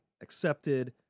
accepted